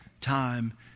time